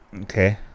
Okay